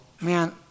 man